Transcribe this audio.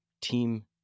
Team